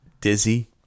dizzy